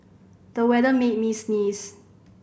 the weather made me sneeze